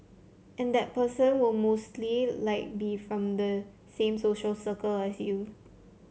and that person will mostly like be from the same social circle as you